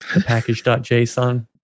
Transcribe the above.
package.json